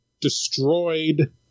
destroyed